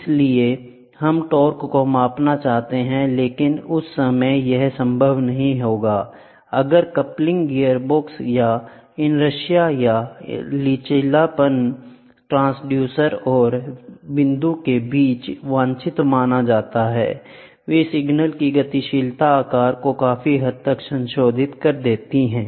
इसलिए हम टॉर्क को मापना चाहते हैं लेकिन उस समय यह संभव नहीं है अगर कपलिंग गियरबॉक्स या इनरशिया या लचीलापन ट्रांसड्यूसर और बिंदु के बीच वांछित माना जाता है वे सिग्नल की गतिशीलता आकार को काफी हद तक संशोधित कर सकते हैं